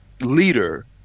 leader